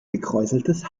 gekräuseltes